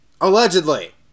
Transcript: Allegedly